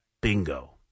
Bingo